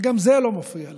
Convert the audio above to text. וגם זה לא מפריע להם,